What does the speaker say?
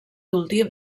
últim